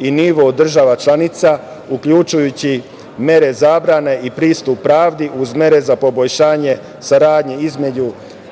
i nivo država članica uključujući mere zabrane i pristup pravdi uz mere za poboljšanje saradnje između